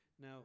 Now